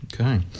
Okay